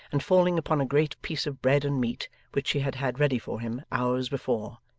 and falling upon a great piece of bread and meat which she had had ready for him, hours before,